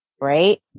Right